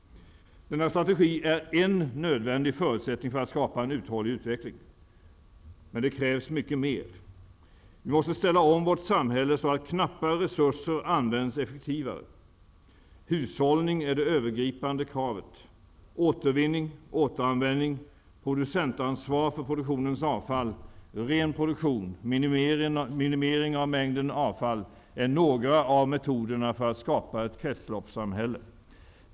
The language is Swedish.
Denna strategi är en nödvändig förutsättning för att skapa en uthållig utveckling. Men det krävs mycket mer. Vi måste ställa om vårt samhälle så att knappa resurser används effektivare. Hushållning är det övergripande kravet. Återvinning, återanvändning, producentansvar för produktionens avfall, ren produktion, minimering av mängden avfall är några av metoderna för att skapa ett kretsloppssamhälle.